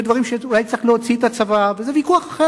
ואלה דברים שאולי צריך להוציא את הצבא מהם,